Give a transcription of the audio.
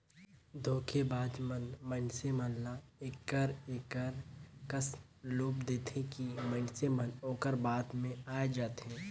धोखेबाज मन मइनसे मन ल एकर एकर कस लोभ देथे कि मइनसे मन ओकर बात में आए जाथें